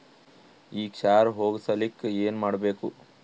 ಈ ಕ್ಷಾರ ಹೋಗಸಲಿಕ್ಕ ಏನ ಮಾಡಬೇಕು?